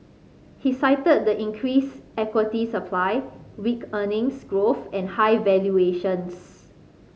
he cited the increased equity supply weak earnings growth and high valuations